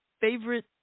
favorite